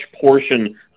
portion